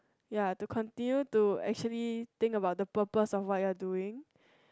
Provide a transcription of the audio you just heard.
ya to continue to actually think about the purpose of what you are doing